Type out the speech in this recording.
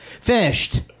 finished